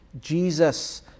Jesus